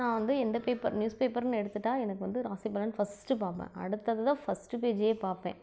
நான் வந்து எந்த பேப்பர் நியூஸ் பேப்பர்னு எடுத்துட்டால் எனக்கு வந்து ராசி பலன் ஃபஸ்டு பார்ப்பேன் அடுத்தது தான் ஃபஸ்டு பேஜையே பார்ப்பேன்